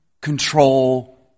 control